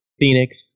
Phoenix